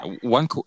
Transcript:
one